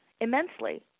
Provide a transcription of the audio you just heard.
immensely